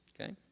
Okay